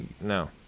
No